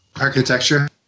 architecture